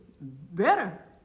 better